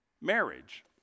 marriage